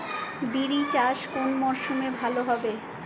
বিরি চাষ কোন মরশুমে ভালো হবে?